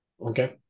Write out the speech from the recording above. Okay